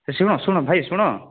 ଶୁଣ ଶୁଣ ଭାଇ ଶୁଣ